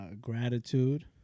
gratitude